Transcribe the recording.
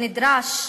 שנדרש,